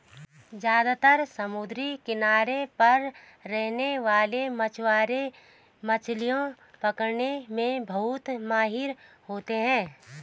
ज्यादातर समुद्री किनारों पर रहने वाले मछवारे मछली पकने में बहुत माहिर होते है